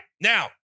Now